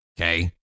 okay